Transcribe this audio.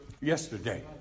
yesterday